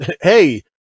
hey